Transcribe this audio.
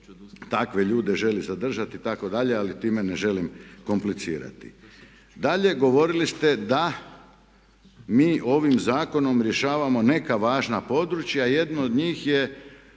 takve ljude želi zadržati, itd. ali time ne želim komplicirati. Dalje, govorili ste da mi ovim zakonom rješavamo neka važna područja, jedno od njih je